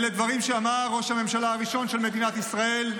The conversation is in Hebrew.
אלה דברים שאמר ראש הממשלה הראשון של מדינת ישראל,